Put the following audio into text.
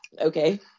okay